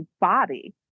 body